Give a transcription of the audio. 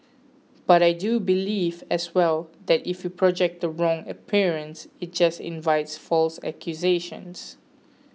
but I do believe as well that if you project the wrong appearance it just invites false accusations